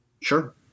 sure